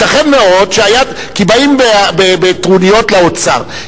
באים בטרוניות לאוצר.